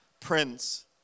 Prince